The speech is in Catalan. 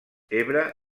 ebre